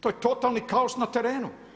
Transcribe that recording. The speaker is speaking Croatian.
To je totalni kaos na terenu.